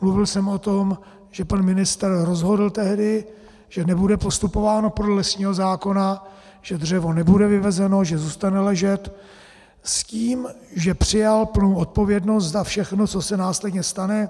Mluvil jsem o tom, že pan ministr rozhodl tehdy, že nebude postupováno podle lesního zákona, že dřevo nebude vyvezeno, že zůstane ležet, s tím, že přijal plnou odpovědnost za všechno, co se následně stane.